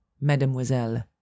mademoiselle